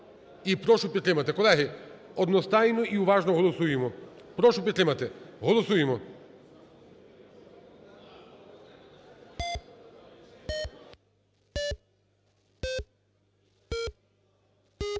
прошу підтримати. Колеги, одностайно і уважно голосуємо. Прошу підтримати. Голосуємо.